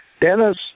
Dennis